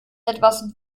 etwas